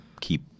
keep